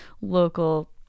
local